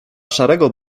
szarego